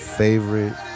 favorite